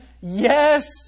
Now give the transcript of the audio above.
Yes